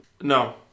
No